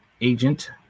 agent